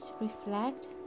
reflect